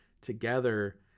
Together